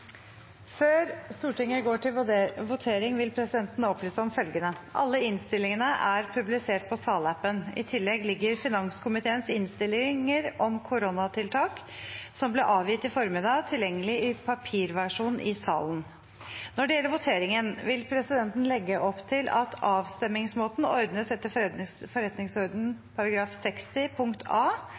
Før Stortinget går til votering, vil presidenten opplyse om følgende: Alle innstillingene er publisert på salappen. I tillegg ligger finanskomiteens innstillinger om koronatiltak som ble avgitt i formiddag, tilgjengelig i papirversjon i salen. Når det gjelder voteringen, vil presidenten legge opp til at avstemningsmåten ordnes etter forretningsordenens § 60 a: